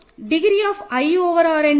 degree of i over R என்ன